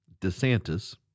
DeSantis